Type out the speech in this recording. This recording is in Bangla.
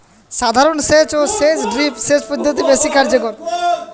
সাধারণ সেচ এর চেয়ে ড্রিপ সেচ পদ্ধতি বেশি কার্যকর